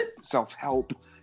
self-help